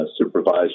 supervised